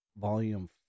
volume